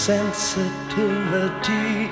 Sensitivity